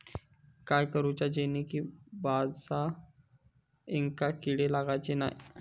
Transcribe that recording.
काय करूचा जेणेकी भाजायेंका किडे लागाचे नाय?